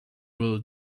will